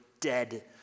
dead